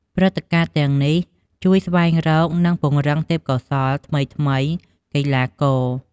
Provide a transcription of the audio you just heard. ព្រឹត្តិការណ៍ទាំងនេះជួយស្វែងរក និងពង្រឹងទេពកោសល្យថ្មីៗកីឡាករ។